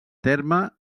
terme